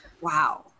Wow